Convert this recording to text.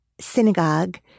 synagogue